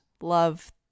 love